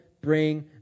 bring